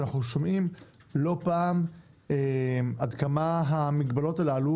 ואנחנו שומעים לא פעם עד כמה המגבלות הללו